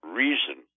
reason